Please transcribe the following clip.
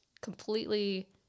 completely